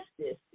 justice